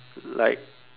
like